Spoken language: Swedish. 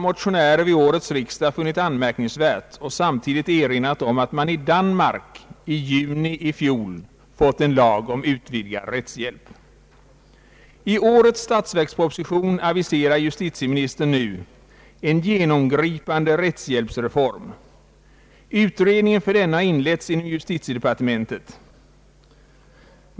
Motionärer vid årets riksdag har funnit detta anmärkningsvärt och samtidigt erinrat om att man i Danmark i juni i fjol fått en lag om utvidgad rättshjälp. I årets statsverksproposition aviserar justitieministern en «genomgripande rättshjälpsreform. Utredningen för denna har inletts inom justitiedepartementet.